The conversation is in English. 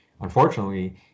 Unfortunately